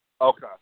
Okay